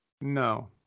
No